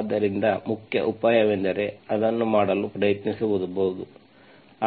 ಆದ್ದರಿಂದ ಮುಖ್ಯ ಉಪಾಯವೆಂದರೆ ಅದನ್ನು ಮಾಡಲು ಪ್ರಯತ್ನಿಸುವುದು